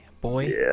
boy